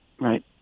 right